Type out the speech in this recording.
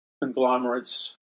conglomerates